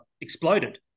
exploded